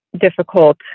difficult